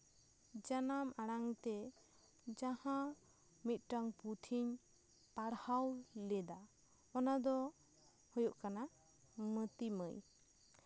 ᱡᱟᱱᱟᱢ ᱟᱲᱟᱝ ᱛᱮ ᱡᱟᱦᱟᱸ ᱢᱤᱫᱴᱟᱝ ᱯᱩᱛᱷᱤᱧ ᱯᱟᱲᱦᱟᱣ ᱞᱮᱫᱟ ᱚᱱᱟ ᱫᱚ ᱦᱳᱭᱳᱜ ᱠᱟᱱᱟ ᱢᱟᱹᱛᱤ ᱢᱟᱹᱭ